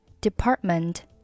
department